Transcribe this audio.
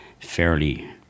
fairly